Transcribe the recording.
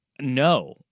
no